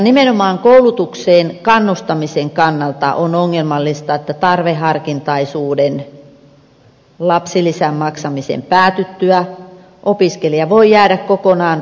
nimenomaan koulutukseen kannustamisen kannalta on ongelmallista että tarveharkintaisuuden lapsilisän maksamisen päätyttyä opiskelija voi jäädä kokonaan opintotuen ulkopuolelle